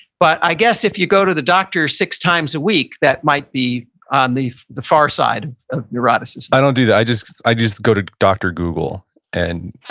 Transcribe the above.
but i guess if you go to the doctor six times a week, that might be on the the far side of neuroticism i don't do that. i just i just go to dr. google and